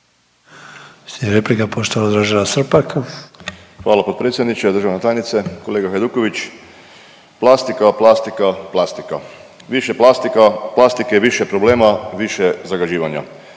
Hvala potpredsjedniče, državne tajnice, kolega Hajduković. Plastika, plastika, plastika. Više plastika, plastike, više problema, više zagađivanja.